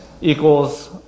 equals